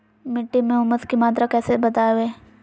मिट्टी में ऊमस की मात्रा कैसे बदाबे?